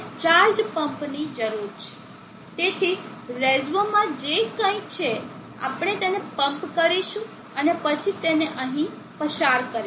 તેથી રેઝ્વ માં જે કંઈ છે આપણે તેને પમ્પ કરીશું અને પછી તેને અહીં પસાર કરીશું